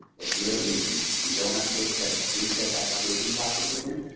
it's real easy. you don't have to go through that three-step application process again.